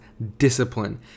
Discipline